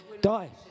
Die